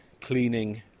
cleaning